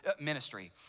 ministry